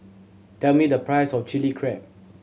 tell me the price of Chili Crab